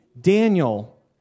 Daniel